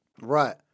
Right